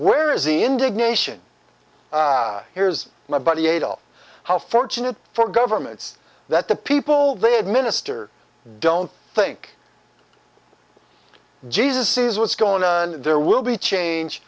where is the indignation here's my buddy adolf how fortunate for governments that the people they administer don't think jesus is what's going on there will be change